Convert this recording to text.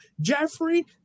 Jeffrey